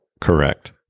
correct